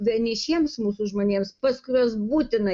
vienišiems mūsų žmonėms pas kuriuos būtina